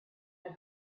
had